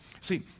see